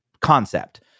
concept